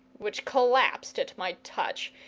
which collapsed at my touch,